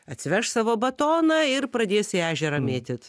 atsiveš savo batoną ir pradės į ežerą mėtyt